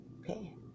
Okay